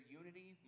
unity